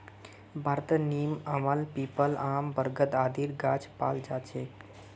भारतत नीम, आंवला, पीपल, आम, बरगद आदिर गाछ पाल जा छेक